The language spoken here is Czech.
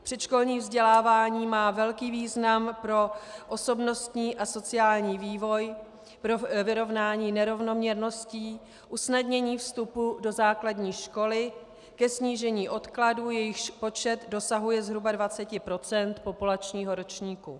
Předškolní vzdělávání má velký význam pro osobnostní a sociální vývoj, pro vyrovnání nerovnoměrností, usnadnění vstupu do základní školy, ke snížení odkladů, jejichž počet dosahuje zhruba 20 % populačního ročníku.